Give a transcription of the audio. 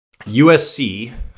USC